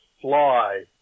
Fly